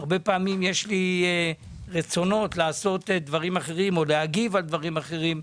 הרבה פעמים יש לי רצונות לעשות דברים אחרים או להגיב על דברים אחרים.